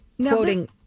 quoting